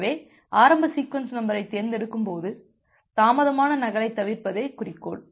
எனவே ஆரம்ப சீக்வென்ஸ் நம்பரைத் தேர்ந்தெடுக்கும்போது தாமதமான நகலைத் தவிர்ப்பதே குறிக்கோள்